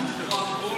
הכדור הוא עגול?